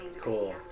cool